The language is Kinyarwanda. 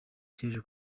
cy’ejo